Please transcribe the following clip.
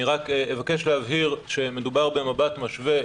אני אבקש להבהיר שמדובר במבט משווה.